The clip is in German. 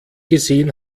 gesehen